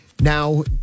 Now